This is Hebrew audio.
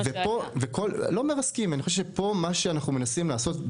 ואני חושב שמה שאנחנו מנסים לעשות פה,